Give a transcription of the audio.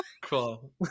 Cool